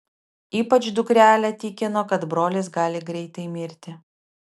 ypač dukrelė tikino kad brolis gali greitai mirti